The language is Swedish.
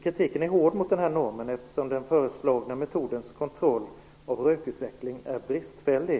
Kritiken är hård mot denna norm, eftersom den föreslagna metodens kontroll av rökutveckling är bristfällig.